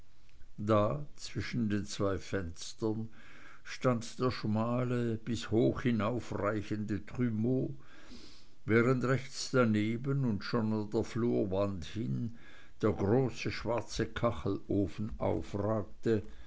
da zwischen den zwei fenstern stand der schmale bis hoch hinaufreichende trumeau während rechts daneben und schon an der flurwand hin der große schwarze kachelofen aufragte